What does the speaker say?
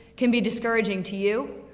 can be discouraging to you,